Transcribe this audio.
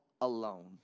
alone